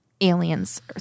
aliens